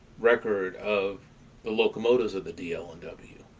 record of the locomotives of the dl and w.